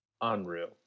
unreal